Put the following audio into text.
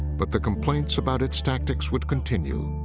but the complaints about its tactics would continue,